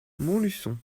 montluçon